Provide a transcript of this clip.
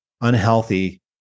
unhealthy